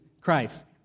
Christ